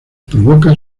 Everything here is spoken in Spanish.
provoca